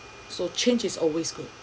so change is always good